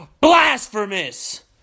blasphemous